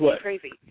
crazy